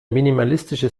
minimalistische